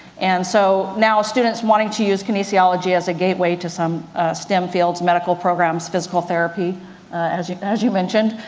and so, now students wanting to use kinesiology, as a gateway to some stem fields, medical programs, physical therapy as you as you mentioned,